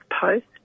post